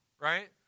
right